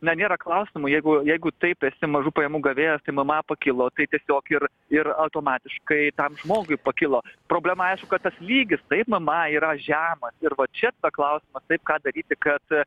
na nėra klausimų jeigu jeigu taip esi mažų pajamų gavėjas tai mma pakilo tai tiesiog ir ir automatiškai tam žmogui pakilo problema aišku kad tas lygis taip mma yra žemas ir va čia tada klausimas taip ką daryti kad